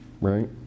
right